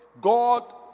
God